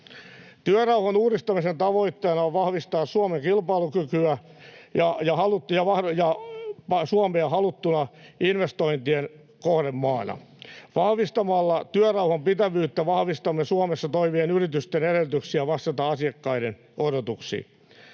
Työrauhan uudistamisen tavoitteena on vahvistaa Suomen kilpailukykyä ja Suomea haluttuna investointien kohdemaana. Vahvistamalla työrauhan pitävyyttä vahvistamme Suomessa toimivien yritysten edellytyksiä vastata asiakkaiden odotuksiin.